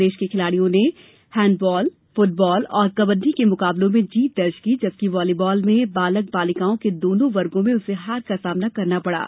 प्रदेश के खिलाड़ियों ने हैंडवॉल फ्टबॉल और कबड्डी के मुकाबलों में जीत दर्ज की जबकि वॉलीवॉल में बालक बालिकाओं के दोनों वर्गो में उसे हार का सामना करना पड़ा